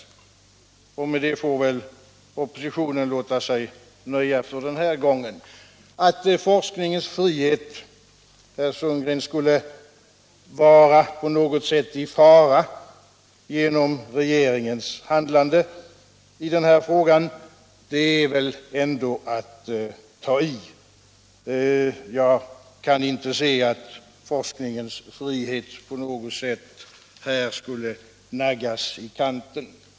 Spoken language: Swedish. Med det får väl oppositionen låta sig nöja för den här gången. Att forskningens frihet på något sätt skulle vara i fara genom regeringens handlande i den här frågan, det är väl ändå att ta i, herr Sundgren! Jag kan inte se att forskningens frihet på något sätt här skulle naggas i kanten.